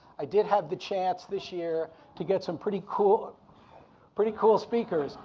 i did have the chance this year to get some pretty cool pretty cool speakers.